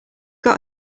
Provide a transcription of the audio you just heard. got